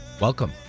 Welcome